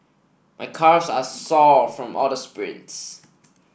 my calves are sore from all the sprints